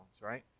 right